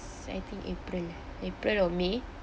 I think april ah april or may